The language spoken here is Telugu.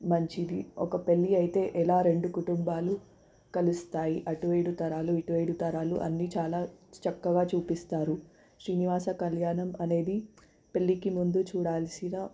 మంచిది ఒక పెళ్ళి అయితే ఎలా రెండు కుటుంబాలు కలుస్తాయి అటు ఏడు తరాలు ఇటు ఏడు తరాలు అన్నీ చాలా చక్కగా చూపిస్తారు శ్రీనివాస కళ్యాణం అనేది పెళ్ళికి ముందు చూడాల్సిన